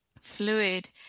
fluid